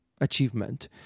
achievement